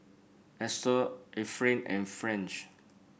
Edsel Efrain and French